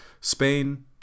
Spain